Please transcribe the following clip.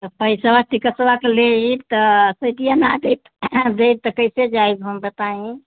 तो पइसवा टिकटवा के लेई तो सिटिया न देब देब तो कैसे जाइब हम बताईं